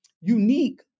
unique